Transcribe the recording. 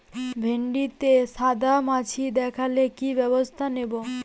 ভিন্ডিতে সাদা মাছি দেখালে কি ব্যবস্থা নেবো?